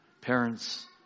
Parents